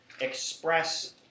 express